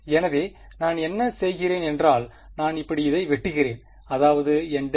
எனவே நான் என்ன செய்கிறேன் என்றால் நான் இப்படி இதை வெட்டுகிறேன் அதாவது என் ∇ϕ